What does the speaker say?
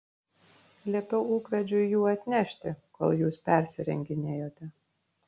liepiau ūkvedžiui jų atnešti kol jūs persirenginėjote